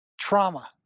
trauma